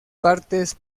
partes